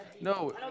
No